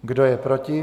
Kdo je proti?